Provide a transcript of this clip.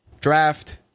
draft